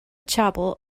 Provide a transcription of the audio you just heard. chapel